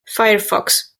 firefox